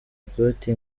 ikoti